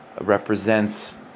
represents